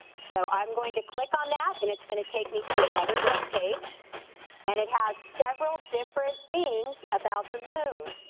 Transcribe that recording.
so i'm going to click on that and it's gonna take me to another webpage and it has several different things about the moon.